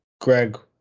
Greg